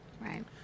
Right